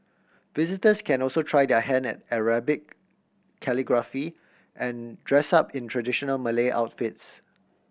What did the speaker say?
visitors can also try their hand at Arabic calligraphy and dress up in traditional Malay outfits